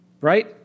Right